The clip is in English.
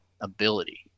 ability